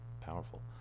powerful